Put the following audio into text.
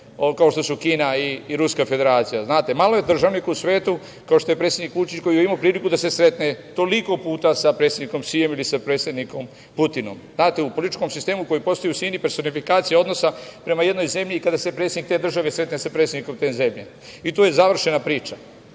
kao što je Kina i Ruska Federacija. Malo je državnika u svetu kao što je predsednik Vučić koji je imao priliku da se sretne toliko puta sa predsednikom Sijom ili sa predsednikom Putinom. Znate, u političkom sistemu koji postoji u Kini personifikacije odnosa prema jednoj zemlji, kada se predsednik te države sretne sa predsednikom te zemlje. To je završena priča,